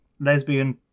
Lesbian